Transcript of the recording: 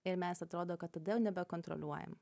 ir mes atrodo kad tada nebekontroliuojam